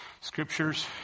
scriptures